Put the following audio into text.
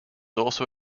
also